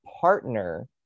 partner